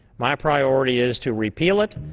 my priority is to repeal it,